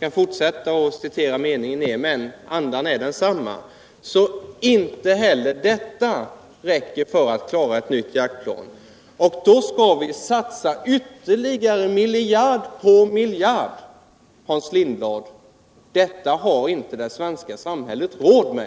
Jag kunde fortsätta att citera, men andan är densamma. Så inte heller detta räcker för ett nytt jaktplan. Då skall vi satsa ytterligare miljard på miljard, Hans Lindblad. Det har inte det svenska samhället råd med.